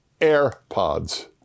AirPods